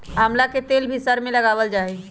आमला के तेल भी सर में लगावल जा हई